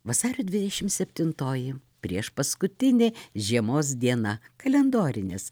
vasario dvidešimt septintoji priešpaskutinė žiemos diena kalendorinis